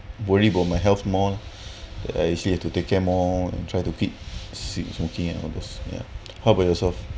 worry about my health more that I actually had to take care more and try to quit smo~ smoking and all those ya how about yourself